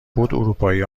بود، اروپایی